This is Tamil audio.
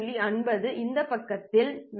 50 இந்த பக்கத்தில் 22